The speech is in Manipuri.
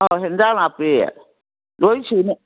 ꯑꯥ ꯑꯦꯟꯁꯥꯡ ꯅꯥꯄꯤ ꯂꯣꯏꯅ ꯁꯨꯅ